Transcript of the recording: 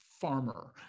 farmer